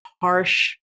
harsh